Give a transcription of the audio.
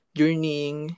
journeying